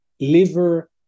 liver